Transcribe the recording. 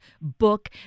book